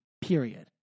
period